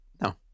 No